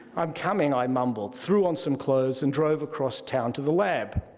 i'm coming, i mumbled, threw on some clothes, and drove across town to the lab.